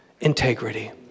integrity